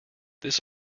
this